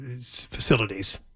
facilities